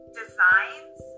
designs